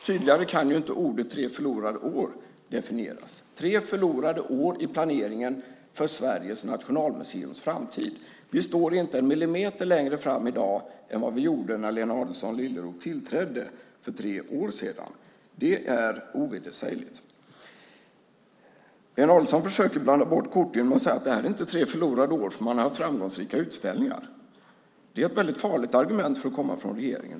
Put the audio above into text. Tydligare kan inte orden tre förlorade år definieras - tre förlorade år i planeringen för Sveriges nationalmuseums framtid. Vi står inte en millimeter längre fram i dag än vad vi gjorde när Lena Adelsohn Liljeroth tillträdde för tre år sedan. Det är ovedersägligt. Lena Adelsohn Liljeroth försöker blanda bort korten genom att säga att det inte är tre förlorade år därför att museet har haft framgångsrika utställningar. Det är ett farligt argument för att komma från regeringen.